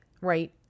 right